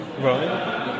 Right